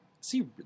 See